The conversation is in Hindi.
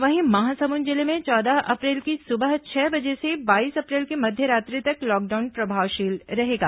वहीं महासमुंद जिले में चौदह अप्रैल की सुबह छह बजे से बाईस अप्रैल की मध्य रात्रि तक लॉकडाउन प्रभावशील रहेगा